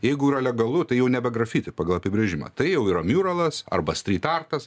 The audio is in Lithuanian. jeigu yra legalu tai jau nebe grafiti pagal apibrėžimą tai jau yra miurolas arba strytartas